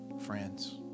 friends